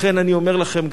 לכן אני אומר לכם,